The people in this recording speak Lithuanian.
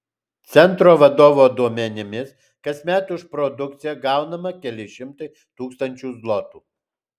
centro vadovo duomenimis kasmet už produkciją gaunama keli šimtai tūkstančių zlotų